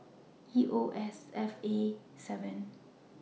EOSFA seven